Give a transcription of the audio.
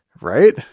Right